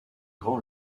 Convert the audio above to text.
grand